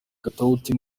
katauti